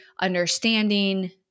understanding